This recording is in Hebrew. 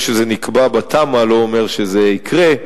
זה שזה נקבע בתמ"א לא אומר שזה יקרה,